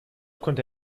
konnte